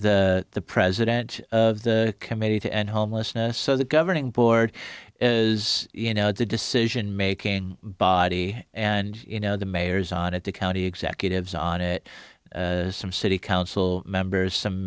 is the president of the committee to end homelessness so the governing board is you know it's a decision making body and you know the mayors on it the county executives on it some city council members some